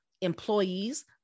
employees